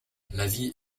l’avis